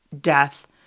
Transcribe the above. death